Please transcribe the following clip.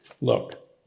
Look